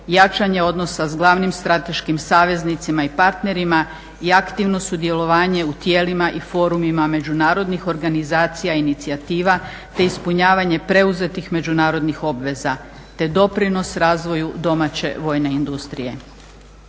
jačanje odnosa sa glavnim strateškim saveznicima i partnerima i aktivno sudjelovanje u tijelima i forumima međunarodnih organizacija i inicijativa, te ispunjavanje preuzetih međunarodnih obveza te doprinos razvoju domaće vojne industrije.